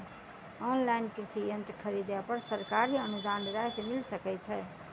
Online कृषि यंत्र खरीदे पर सरकारी अनुदान राशि मिल सकै छैय?